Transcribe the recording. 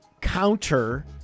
counter